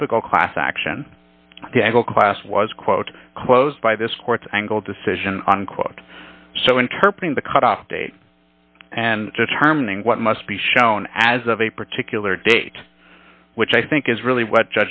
typical class action the able class was quote closed by this court's angle decision unquote so interpreted the cutoff date and determining what must be shown as of a particular date which i think is really what